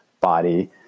body